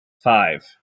five